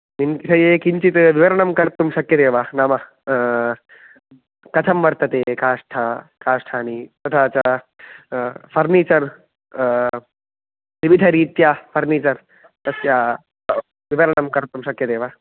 min विषये किञ्चित् विवरणं कर्तुं शक्यते वा नाम कथं वर्तते काष्ठ काष्ठानि तथा च फ़र्निचर् विविधरीत्या फ़र्निचर् तस्य विवरणं कर्तुं शक्यते वा